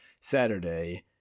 Saturday